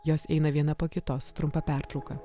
jos eina viena po kitos trumpą pertrauką